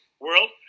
world